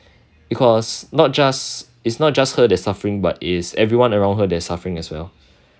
because not just it's not just her that's suffering but is everyone around her that's suffering as well